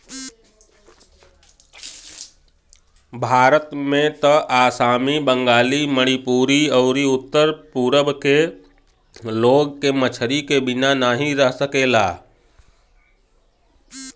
भारत में त आसामी, बंगाली, मणिपुरी अउरी उत्तर पूरब के लोग के मछरी क बिना नाही रह सकेलन